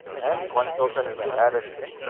and one token is added in